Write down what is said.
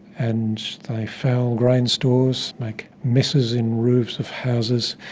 and they foul grain stores, make messes in roofs of houses.